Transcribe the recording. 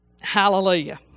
Hallelujah